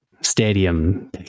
Stadium